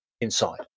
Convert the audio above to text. inside